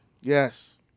Yes